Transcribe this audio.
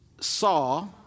saw